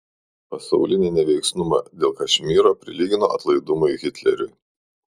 pasaulinį neveiksnumą dėl kašmyro prilygino atlaidumui hitleriui